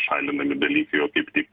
šalinami dalykai o taip tik